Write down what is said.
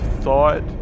thought